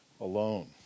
alone